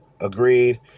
agreed